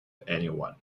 anyone